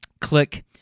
click